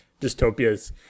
dystopias